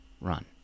run